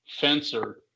fencer